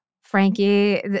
Frankie